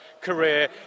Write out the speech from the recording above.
career